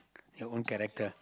your own character